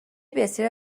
بسیاری